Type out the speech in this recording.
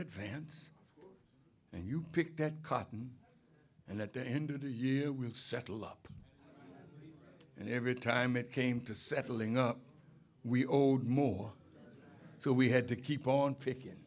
advance and you pick that cotton and at the end of the year we'll settle up and every time it came to settling up we owed more so we had to keep on picking